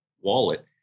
wallet